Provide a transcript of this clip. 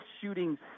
shooting